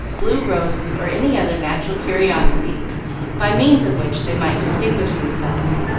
blue roses, or any other natural curiosity by means of which they might distinguish themselves.